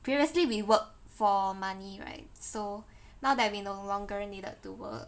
previously we work for money right so now that we no longer needed to work